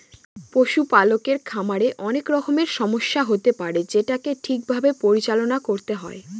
পশুপালকের খামারে অনেক রকমের সমস্যা হতে পারে যেটাকে ঠিক ভাবে পরিচালনা করতে হয়